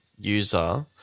user